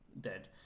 dead